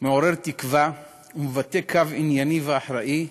מעורר תקווה ומבטא קו ענייני ואחראי,